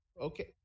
okay